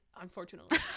unfortunately